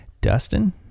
Dustin